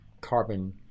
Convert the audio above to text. carbon